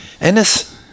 Ennis